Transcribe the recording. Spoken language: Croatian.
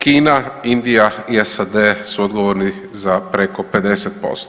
Kina, Indija i SAD su odgovorni za preko 50%